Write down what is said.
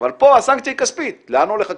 אבל פה הסנקציה היא כספית, לאן הולך הכסף?